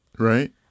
Right